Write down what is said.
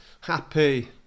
Happy